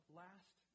last